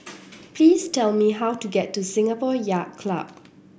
please tell me how to get to Singapore Yacht Club